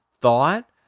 thought